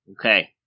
Okay